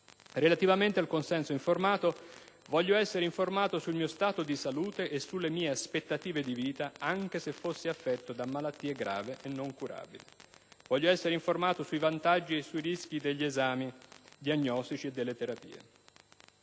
Relativamente al consenso informato, voglio essere informato sul mio stato di salute e sulle mie aspettative di vita, anche se fossi affetto da malattia grave e non curabile. Voglio essere informato sui vantaggi e sui rischi degli esami diagnostici e delle terapie.